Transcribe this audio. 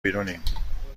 بیرونیم